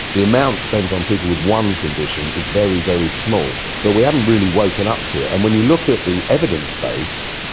the amount spent on people with one condition is very, very small. but we haven't really woken up to it. and when you look at the evidence base,